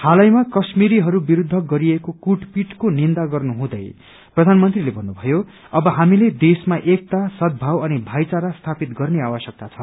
हालैमा कश्मिरीहरू विरूद्ध गरिएको कुटपिटको निन्दा गर्नुहँदै प्रधानमन्त्रीले भन्नुभयो अब हामीले देशमा एकता सद्भाव अनि भाइचारा स्थापित गर्ने आवश्यकता छ